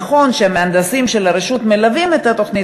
נכון שמהנדסים של הרשות מלווים את התוכנית,